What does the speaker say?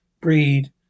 Breed